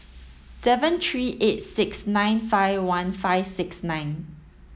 seven three eight six nine five one five six nine